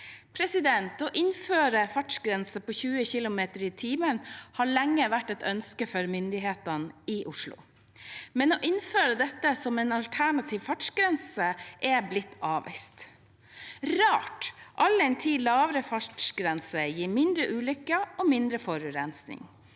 lokalsamfunn. Å innføre en fartsgrense på 20 km/t har lenge vært et ønske fra myndighetene i Oslo, men å innføre dette som en alternativ fartsgrense har blitt avvist – rart, all den tid lavere fartsgrense gir færre ulykker og mindre forurensing.